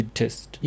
test